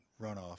runoff